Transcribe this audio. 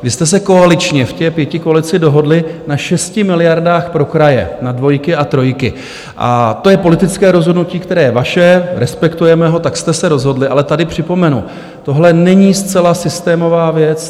Vy jste se koaličně v pětikoalici dohodli na 6 miliardách pro kraje na dvojky a trojky a to je politické rozhodnutí, které je vaše, respektujeme ho, tak jste se rozhodli, ale tady připomenu: tohle není zcela systémová věc.